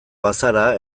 bazara